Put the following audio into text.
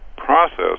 Process